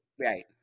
Right